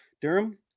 Durham